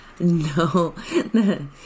No